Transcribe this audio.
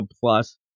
Plus